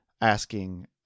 asking